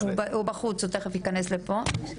הוא בחוץ, הוא תיכף יכנס לפה.